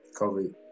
COVID